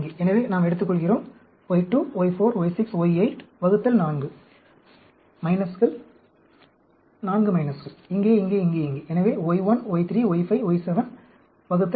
எனவே நாம் எடுத்துக்கொள்கிறோம் y2 y4 y6 y8 ÷4 மைனஸ்கள் 4 மைனஸ்கள் இங்கே இங்கே இங்கே இங்கே எனவே y1 y3 y5 y7 ÷ 4